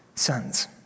sons